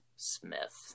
Smith